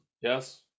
Yes